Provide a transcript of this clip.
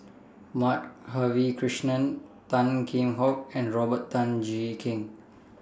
Madhavi Krishnan Tan Kheam Hock and Robert Tan Jee Keng